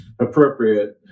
appropriate